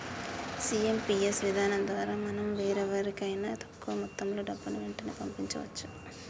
IMPS విధానం ద్వారా మనం వేరెవరికైనా తక్కువ మొత్తంలో డబ్బుని వెంటనే పంపించవచ్చు